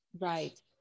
right